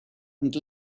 and